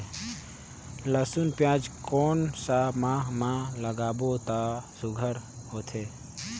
लसुन पियाज कोन सा माह म लागाबो त सुघ्घर होथे?